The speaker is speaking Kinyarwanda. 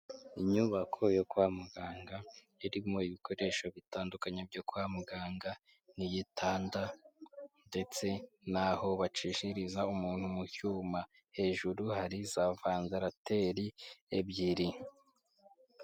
Inyubako yo kwa muganga irimo ibikoresho bitandukanye byo kwa muganga, n'igitanda ndetse n'aho bacishiriza umuntu mu cyuma, hejuru hari za vandarateri ebyiri.